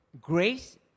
Grace